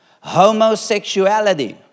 homosexuality